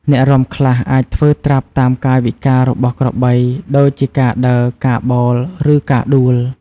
អ្នករាំខ្លះអាចធ្វើត្រាប់តាមកាយវិការរបស់ក្របី ដូចជាការដើរ ការបោល ឬការដួល។